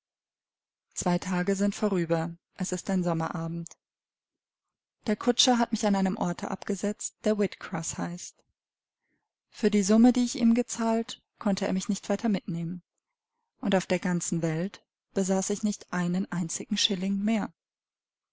zwei tage sind vorüber es ist ein sommerabend der kutscher hat mich an einem orte abgesetzt der whitcroß heißt für die summe die ich ihm gezahlt konnte er mich nicht weiter mitnehmen und auf der ganzen welt besaß ich nicht einen einzigen schilling mehr